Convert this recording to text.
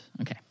Okay